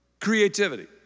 creativity